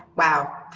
wow.